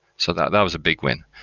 so that that was a big win.